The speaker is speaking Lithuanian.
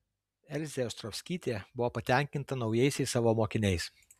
elzė ostrovskytė buvo patenkinta naujaisiais savo mokiniais